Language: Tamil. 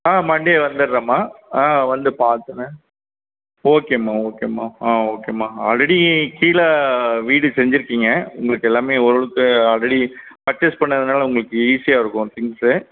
மன்டே வந்துடுறேம்மா வந்து பாத்துடுறேன் ஓகேம்மா ஓகேம்மா ஓகேம்மா ஆல்ரெடி கீழே வீடு செஞ்சுருக்கீங்க உங்களுக்கு எல்லாம் ஓரளவுக்கு ஆல்ரெடி பர்ச்சேஸ் பண்ணதுனால உங்களுக்கு ஈசியாக இருக்கும் திங்க்ஸ்